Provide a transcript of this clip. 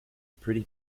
pretty